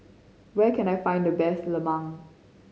where can I find the best lemang